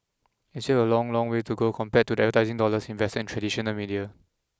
and still a long long way to go compared to the advertising dollars invested in traditional media